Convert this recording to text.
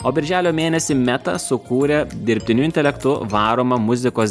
o birželio mėnesį meta sukūrė dirbtiniu intelektu varomą muzikos